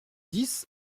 dix